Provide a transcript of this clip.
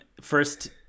first